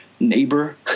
neighbor